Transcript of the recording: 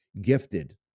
gifted